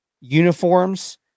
uniforms